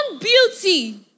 beauty